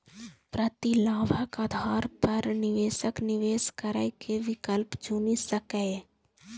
प्रतिलाभक आधार पर निवेशक निवेश करै के विकल्प चुनि सकैए